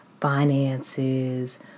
finances